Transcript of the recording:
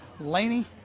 Laney